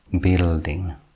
building